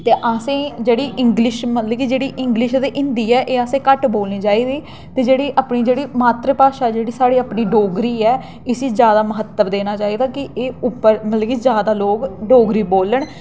ते असें ई जेह्ड़ी इंग्लिश मतलब की जेह्ड़ी इंग्लिश ते हिंदी ऐ एह् असें घट्ट बोलनी चाहिदी ते जेह्ड़ी अपनी जेह्ड़ी मात्तर भाशा जेह्ड़ी साढ़ी अपनी डोगरी ऐ इसी जैदा कोला म्हत्तव देना चाहिदा कि एह् उप्पर मतलब कि जैदा लोक डोगरी बोलन